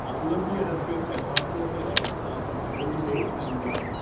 ah columbia has been a partner of edx since the early days. and